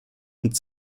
und